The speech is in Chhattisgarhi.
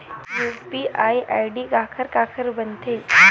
यू.पी.आई आई.डी काखर काखर बनथे?